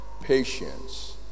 patience